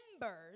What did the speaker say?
members